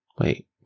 Wait